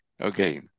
okay